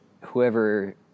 whoever